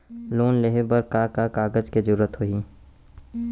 Loan लेहे बर का का कागज के जरूरत होही?